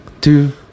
two